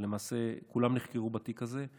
אבל למעשה כולם נחקרו בתיק הזה,